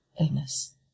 illness